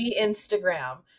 Instagram